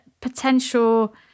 potential